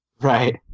Right